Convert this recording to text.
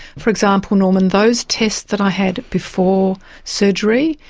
for example, norman, those tests that i had before surgery,